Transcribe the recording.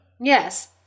Yes